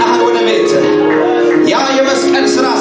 no no